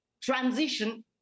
transition